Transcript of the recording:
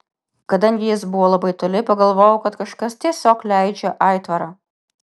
kadangi jis buvo labai toli pagalvojau kad kažkas tiesiog leidžia aitvarą